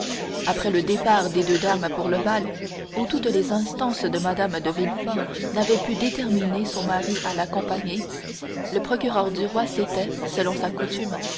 après le départ des deux dames pour le bal où toutes les instances de mme de villefort n'avaient pu déterminer son mari à l'accompagner le procureur du roi s'était selon sa coutume